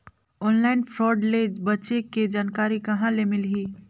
Online fraud ले बचे के जानकारी कहां ले मिलही?